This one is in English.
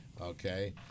okay